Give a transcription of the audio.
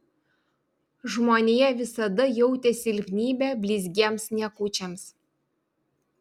žmonija visada jautė silpnybę blizgiems niekučiams